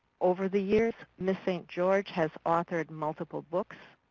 over the years, miss. st. george has authored multiple books,